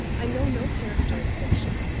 i know no character in fiction,